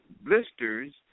blisters